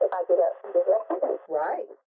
Right